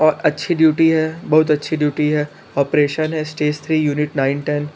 और अच्छी ड्यूटी है बहुत अच्छी ड्यूटी है ऑपरेशन हैं stage three unit nine ten